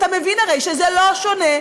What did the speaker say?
אתה מבין הרי שזה לא דומה,